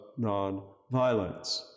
nonviolence